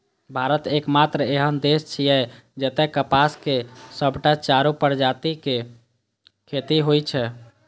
भारत एकमात्र एहन देश छियै, जतय कपासक सबटा चारू प्रजातिक खेती होइ छै